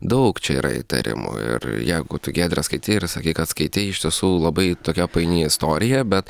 daug čia yra įtarimų ir jeigu tu giedre skaitei ir sakei kad skaitei iš tiesų labai tokia paini istorija bet